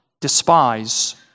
despise